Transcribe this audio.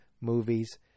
movies